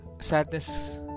sadness